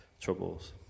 troubles